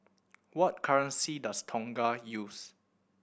what currency does Tonga use